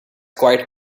quite